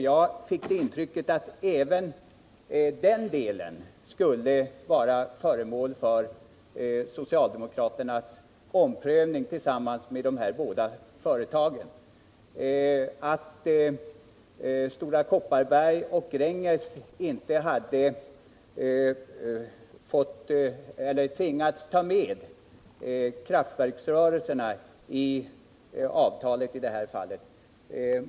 Jag fick intrycket att även den delen skulle komma att omprövas av socialdemokraterna tillsammans med de här båda företagen, dvs. att Stora Kopparberg och Grängesberg inte hade tvingats ta med kraftverksrörelserna i avtalet i det fallet.